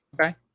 Okay